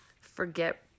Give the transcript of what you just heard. Forget